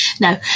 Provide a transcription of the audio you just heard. No